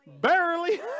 Barely